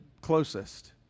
closest